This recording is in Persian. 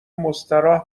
مستراح